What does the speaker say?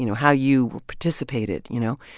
you know how you participated, you know,